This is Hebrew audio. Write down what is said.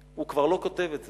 הוא כבר לא כותב את זה.